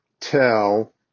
tell